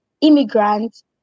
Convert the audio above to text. immigrants